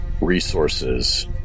resources